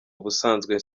ubusanzwe